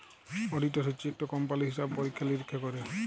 auditor হছে ইকট কম্পালির হিসাব পরিখ্খা লিরিখ্খা ক্যরে